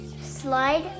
slide